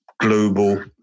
global